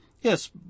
Yes